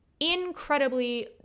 incredibly